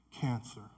cancer